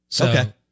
Okay